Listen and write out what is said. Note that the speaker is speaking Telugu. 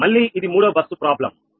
మళ్లీ ఇది మూడో బస్సు సమస్య